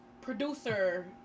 producer